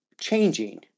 changing